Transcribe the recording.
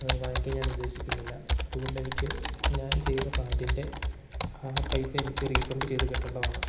വാങ്ങിക്കാൻ ഞാൻ ഉദ്ദേശിക്കുന്നില്ല അതുകൊണ്ട് എനിക്ക് ഞാൻ ചെയ്ത പാൻറ്റിന്റെ ആ പൈസ എനിക്ക് റീഫണ്ട് ചെയ്ത് കിട്ടേണ്ടതാണ്